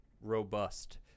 robust